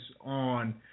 on